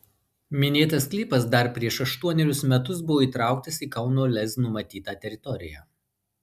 minėtas sklypas dar prieš aštuonerius metus buvo įtrauktas į kauno lez numatytą teritoriją